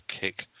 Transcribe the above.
kick